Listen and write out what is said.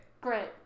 Great